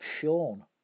shown